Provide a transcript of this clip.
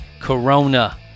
corona